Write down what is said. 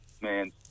man